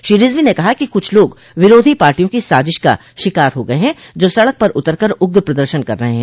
श्री रिजवी ने कहा कि कुछ लोग विरोधी पार्टियों की साजिश का शिकार हो गये हैं जो सड़क पर उतर कर उग्र प्रदर्शन कर रहे हैं